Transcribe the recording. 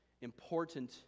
important